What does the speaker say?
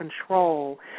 control